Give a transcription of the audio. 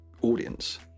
audience